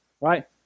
right